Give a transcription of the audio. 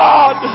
God